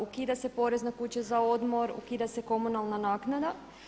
Ukida se porez na kuće za odmor, ukida se komunalna naknada.